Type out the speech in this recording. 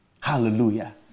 hallelujah